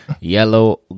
yellow